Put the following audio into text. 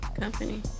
Company